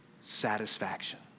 satisfaction